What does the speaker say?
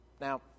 Now